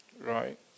Right